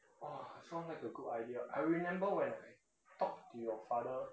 !wah! sounds like a good idea I remember when I talk to your father